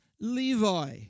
Levi